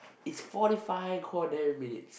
is forty five quarter minutes